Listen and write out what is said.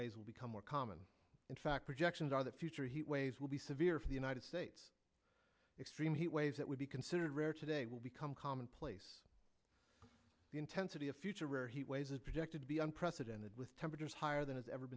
waves will become more common in fact projections are that future heat waves will be severe for the united states extreme heat waves that would be considered rare today will become commonplace the intensity of future where he ways is projected to be unprecedented with temperatures higher than it's ever